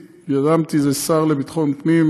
"יזמתי" זה השר לביטחון הפנים,